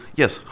yes